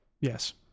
yes